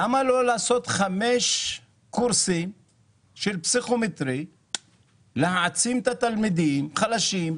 למה לא לעשות 5 קורסים של פסיכומטרי ולהעצים את התלמידים החלשים,